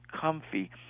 comfy